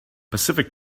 pacific